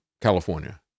California